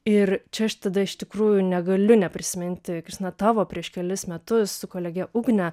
ir čia aš tada iš tikrųjų negaliu neprisiminti kristina tavo prieš kelis metus su kolege ugne